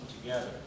together